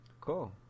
Cool